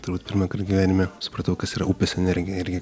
turbūt pirmąkart gyvenime supratau kas yra upės energija irgi